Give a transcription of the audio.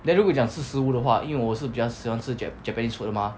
then 如果讲是食物的话因为我是比较喜欢吃 jap~ japanese food 的 mah